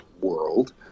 world